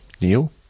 Neil